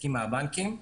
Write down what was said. עסקי מהבנקים.